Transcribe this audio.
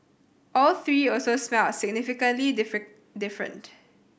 all three also smelled significantly different